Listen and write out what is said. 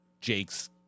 Jake's